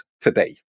today